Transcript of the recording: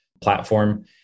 platform